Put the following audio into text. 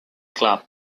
club